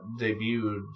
debuted